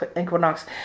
equinox